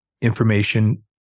information